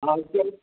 हा हुते हलु